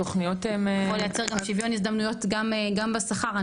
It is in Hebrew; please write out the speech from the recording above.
יכול לייצר גם שוויון הזדמנויות גם בשכר.